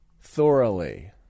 thoroughly